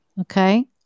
Okay